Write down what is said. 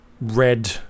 red